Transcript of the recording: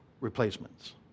replacements